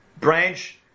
branch